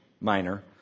Minor